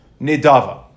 Nidava